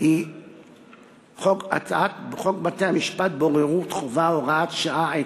היא הצעת חוק בתי-המשפט (בוררות חובה) (הוראת שעה),